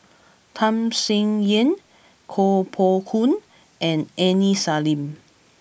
Tham Sien Yen Kuo Pao Kun and Aini Salim